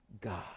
God